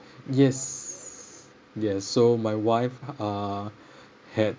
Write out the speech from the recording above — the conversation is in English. yes yes so my wife uh had